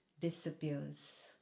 disappears